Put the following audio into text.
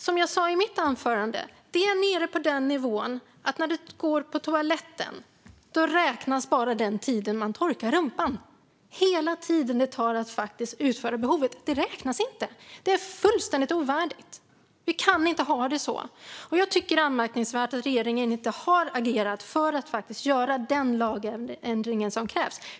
Som jag sa i mitt anförande är det nere på den nivån att när man går på toaletten räknas bara den tid som det tar att torka rumpan. Hela den tid det tar att faktiskt utföra behovet räknas inte. Det är fullständigt ovärdigt. Vi kan inte ha det så. Jag tycker att det är anmärkningsvärt att regeringen inte har agerat för att faktiskt göra den lagändring som krävs.